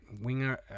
winger